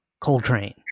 Coltrane